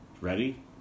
ready